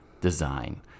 design